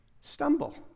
stumble